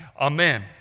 Amen